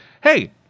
hey